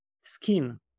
skin